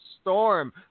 storm